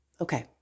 Okay